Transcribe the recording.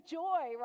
joy